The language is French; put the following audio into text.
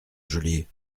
geôlier